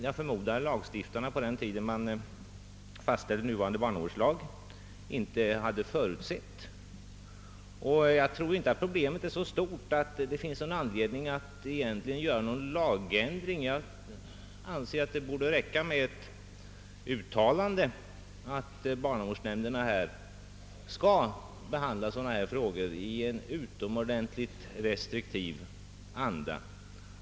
Jag förmodar att lagstiftarna på den tid de fastställde nuvarande barnavårdslag inte förutsåg de problem som kunde uppkomma, men jag tror å andra sidan inte att dessa är så stora att det finns någon anledning att göra någon egentlig lagändring. Det borde räcka med ett uttalande om att barnavårdsnämn derna skall behandla sådana här frågor i en utomordentligt restriktiv anda.